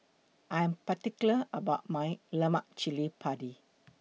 I Am particular about My Lemak Cili Padi